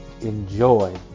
enjoy